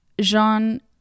Jean